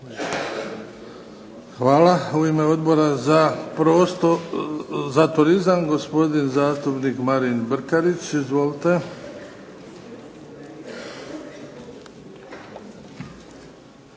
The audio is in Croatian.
Hvala. U ime Odbora za turizam, gospodin zastupnik Marin Brkarić. Izvolite.